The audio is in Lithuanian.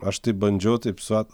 aš tai bandžiau taip sak